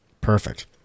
Perfect